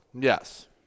Yes